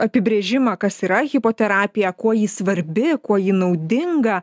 apibrėžimą kas yra hipoterapija kuo ji svarbi kuo ji naudinga